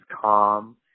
calm